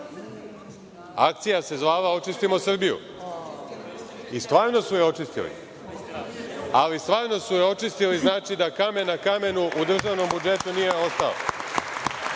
akcija se zvala „Očistimo Srbiju“. I stvarno su je očistili. Ali stvarno su je očistili, znači, da kamen na kamenu u državnom budžetu nije ostao. Godine